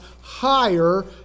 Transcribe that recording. higher